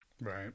Right